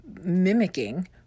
mimicking